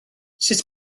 sut